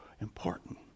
important